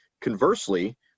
Conversely